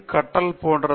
கற்றல் இதுபோன்றது